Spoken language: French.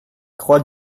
croix